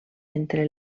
entre